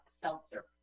seltzer